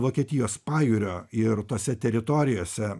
vokietijos pajūrio ir tose teritorijose